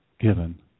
given